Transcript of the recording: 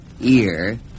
ear